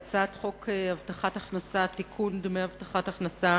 הצעת חוק הבטחת הכנסה (תיקון, דמי הבטחת הכנסה